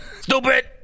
Stupid